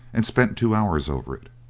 and spent two hours over it.